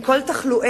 עם כל תחלואיה,